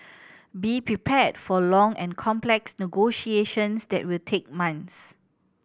be prepared for long and complex negotiations that will take months